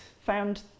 found